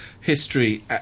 history